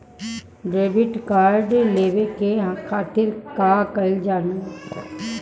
Debit card लेवे के खातिर का कइल जाइ?